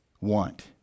want